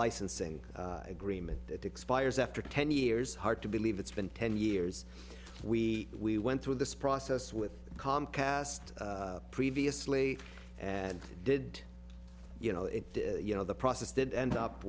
licensing agreement that expires after ten years hard to believe it's been ten years we we went through this process with comcast previously and did you know it you know the process did end up